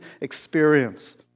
experience